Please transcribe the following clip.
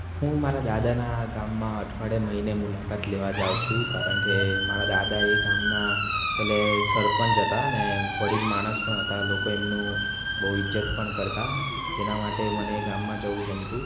હું મારા દાદાના ગામમાં અઠવાળીયે મહિને મુલાકાત લેવા જાઉં છું કારણકે મારા દાદા એ ગામના પહેલે સરપંચ હતા અને વડીલ માણસ પણ હતા લોકો એમનું બહુ ઇજ્જત પણ કરતા તેના માટે મને એ ગામમાં જવું ગમતું